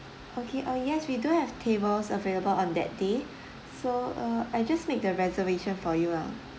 okay uh yes we do have tables available on that day so uh I'll just make the reservation for you lah